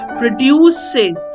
produces